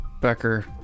Becker